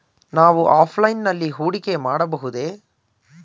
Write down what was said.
ನಾವು ಆಫ್ಲೈನ್ ನಲ್ಲಿ ಹೂಡಿಕೆ ಮಾಡಬಹುದೇ?